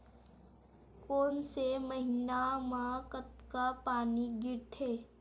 कोन से महीना म कतका पानी गिरथे?